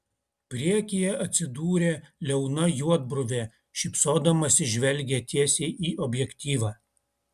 priekyje atsidūrė liauna juodbruvė šypsodamasi žvelgė tiesiai į objektyvą